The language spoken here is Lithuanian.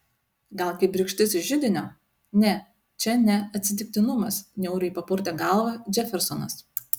gal kibirkštis iš židinio ne čia ne atsitiktinumas niauriai papurtė galvą džefersonas